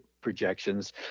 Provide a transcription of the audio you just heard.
projections